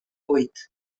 buit